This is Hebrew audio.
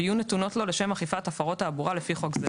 ויהיו נתונות לו לשם אכיפת הפרות תעבורה לפי חוק זה,